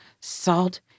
salt